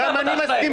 אני מנסה